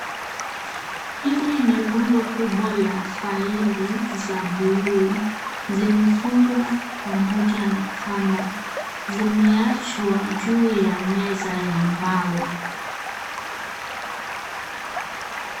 Hili ni rundo kubwa la faili za bluu ziimefungwa pamoja na kamba. Zimeachwa juu ya meza ya mbao.